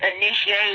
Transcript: initiate